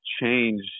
change